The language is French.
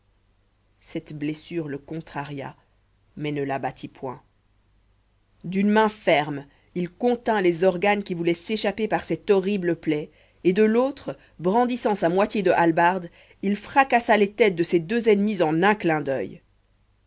cette blessure le contraria mais ne l'abattit point d'une main ferme il contint les organes qui voulaient s'échapper par cette horrible plaie et de l'autre brandissant sa moitié de hallebarde il fracassa les têtes de ses deux ennemis en un clin d'oeil